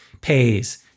pays